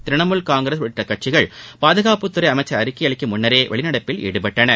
திரிணாமூல் காங்கிரஸ் உள்ளிட்ட கட்சிகள் பாதகாப்புத்தறை அமைச்சா் அறிக்கை அளிக்கும் முன்னரே வெளிநடப்பில் ஈடுபட்டன